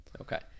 okay